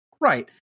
right